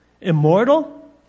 immortal